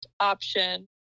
option